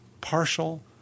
partial